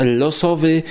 losowy